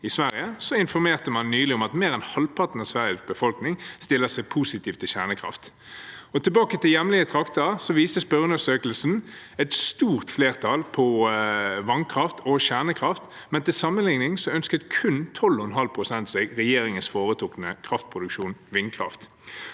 i Sverige informerte man nylig om at mer enn halvparten av Sveriges befolkning stiller seg positiv til kjernekraft. Tilbake til hjemlige trakter: Spørreundersøkelsen viser et stort flertall for vannkraft og kjernekraft. Til sammenligning ønsker kun 12,5 pst. seg regjeringens foretrukne kraftproduksjon: vindkraft.